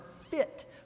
fit